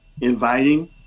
inviting